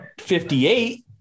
58